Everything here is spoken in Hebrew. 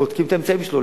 בודקים את האמצעים שלו.